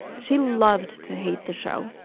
she loved to hate the show,